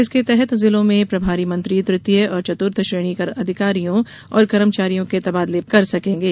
इसके तहत जिलों में प्रभारी मंत्री तुतीय और चतुर्थ श्रेणी अधिकारियों और कर्मचारियों के तबादले कर सकेंगे